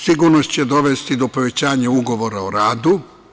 Sigurno će dovesti do povećanja ugovora o radu.